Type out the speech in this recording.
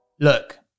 Look